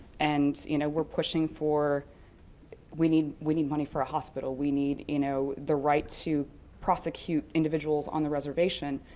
and you know we're pushing for we need we need money for a hospital, we need you know the right the prosecute individuals on the reservation.